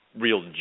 real